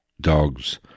dogs